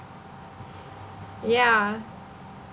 yeah